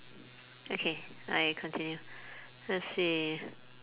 okay I continue let's see